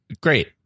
Great